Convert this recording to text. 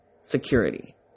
security